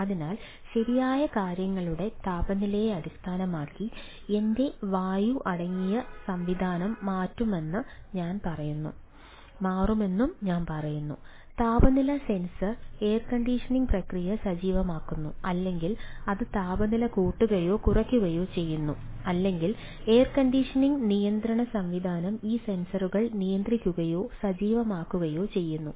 അതിനാൽ ശരിയായ കാര്യങ്ങളുടെ താപനിലയെ അടിസ്ഥാനമാക്കി എന്റെ വായു അടങ്ങിയ സംവിധാനം മാറുമെന്ന് ഞാൻ പറയുന്നു താപനില സെൻസർ എയർ കണ്ടീഷനിംഗ് പ്രക്രിയ സജീവമാക്കുന്നു അല്ലെങ്കിൽ അത് താപനില കൂട്ടുകയോ കുറയ്ക്കുകയോ ചെയ്യുന്നു അല്ലെങ്കിൽ എയർ കണ്ടീഷനിംഗ് നിയന്ത്രണ സംവിധാനം ഈ സെൻസറുകൾ നിയന്ത്രിക്കുകയോ സജീവമാക്കുകയോ ചെയ്യുന്നു